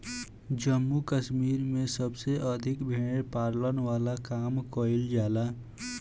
जम्मू कश्मीर में सबसे अधिका भेड़ पालन वाला काम कईल जाला